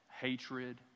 hatred